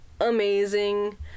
amazing